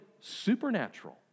supernatural